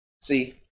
See